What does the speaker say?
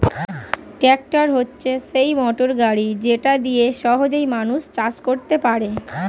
tractor হচ্ছে সেই motor গাড়ি যেটা দিয়ে সহজে মানুষ চাষ করতে পারে